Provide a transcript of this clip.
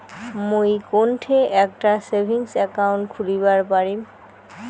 মুই কোনঠে একটা সেভিংস অ্যাকাউন্ট খুলিবার পারিম?